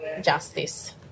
Justice